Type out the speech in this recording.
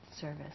service